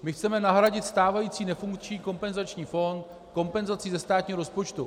My chceme nahradit stávající nefunkční kompenzační fond kompenzací ze státního rozpočtu.